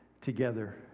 together